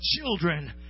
children